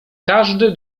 każdy